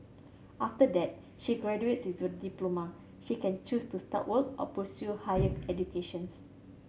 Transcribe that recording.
after that she graduates with a diploma she can choose to start work or pursue higher educations